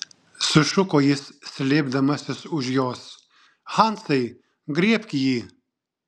sušuko jis slėpdamasis už jos hansai griebk jį